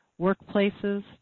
workplaces